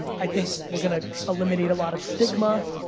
i think we're gonna eliminate a lot of stigma,